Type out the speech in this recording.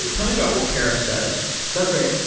like tell me about what keras does that's right.